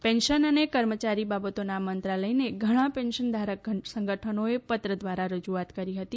pension અને કર્મચારી બાબતોનાં મંત્રાલયને ઘણાં પેન્શન ધારક સંગઠનોએ પત્ર દ્વારા રજૂઆત કરી હતી